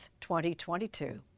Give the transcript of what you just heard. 2022